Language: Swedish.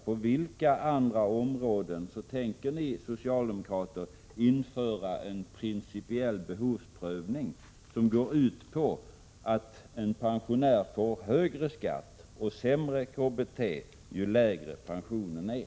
På vilka andra områden tänker ni socialdemokrater införa en principiell behovsprövning, som går ut på att en pensionär får högre skatt och sämre KBT ju lägre pensionen är?